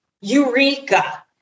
Eureka